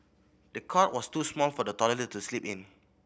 the cot was too small for the toddler to sleep in